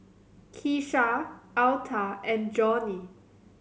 Kisha Alta and Johnie